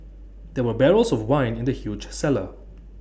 there were barrels of wine in the huge cellar